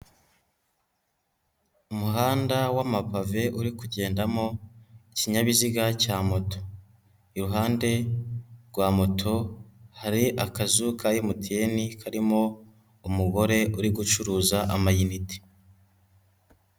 Umuhanda w'amabave uri kugendamo ikinyabiziga cya moto, iruhande rwa moto, hari akazu ka MTN karimo umugore uri gucuruza amayinite.